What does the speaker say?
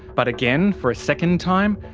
but again. for a second time.